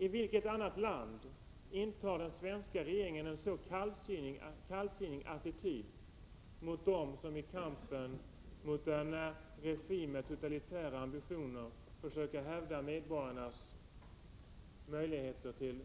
I vilket annat land intar den svenska regeringen en så kallsinnig attityd mot dem som i kampen mot en regim med totalitära ambitioner försöker hävda medborgarnas möjligheter till